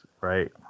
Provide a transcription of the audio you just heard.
right